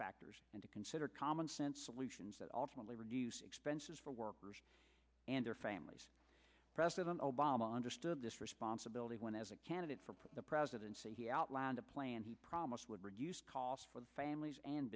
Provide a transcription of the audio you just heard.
factors and to consider commonsense solutions that ultimately reduce expenses for workers and their families president obama understood this responsibility when as a candidate for put the presidency he outlined a plan he promised would reduce costs for families and